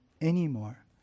anymore